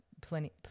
plenty